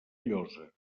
llosa